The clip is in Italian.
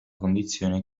condizione